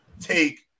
take